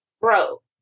bro